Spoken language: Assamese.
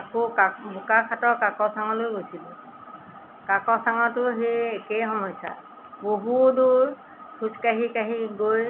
আকৌ বোকাখাতৰ কাকছাঙলৈ গৈছিলোঁ কাকছাঙটো সেই একে সমস্যা বহু দূৰ খোজ কাঢ়ি কাঢ়ি গৈ